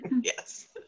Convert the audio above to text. Yes